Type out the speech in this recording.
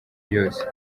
ryose